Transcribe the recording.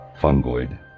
fungoid